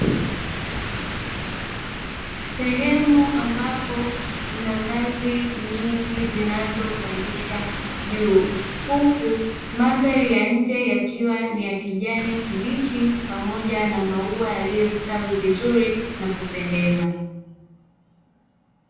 Sehemu ambapo kuna ngazi nyingi zinazopandisha juu, huku mandhari ya nje yakiwa ni ya kijani kibichi pamoja na maua yaliyostawi vizuri na kupendeza.